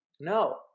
No